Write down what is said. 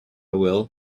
will